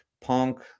punk